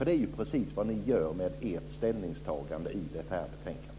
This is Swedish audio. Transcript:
Det är precis vad ni gör med ert ställningstagande i det här betänkandet.